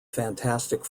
fantastic